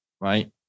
Right